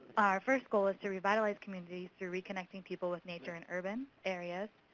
our first goal is to revitalize communities through reconnecting people with nature in urban areas.